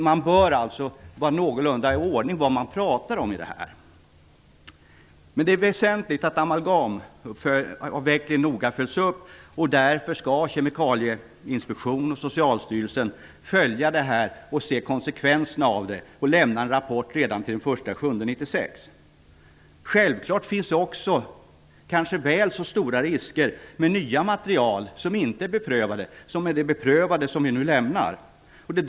Man bör alltså veta någorlunda vad man pratar om. Det är väsentligt att amalgamavvecklingen noga följs upp. Därför skall Kemikalieinspektionen och Socialstyrelsen följa avvecklingen och se vad det blir för konsekvenser av den. De skall lämna en rapport redan den 1 juli 1996. Självfallet kan det finnas väl så stora risker med nya material som med det beprövade material som vi nu lämnar.